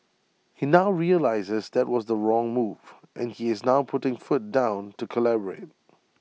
he now realises that was the wrong move and he is now putting foot down to collaborate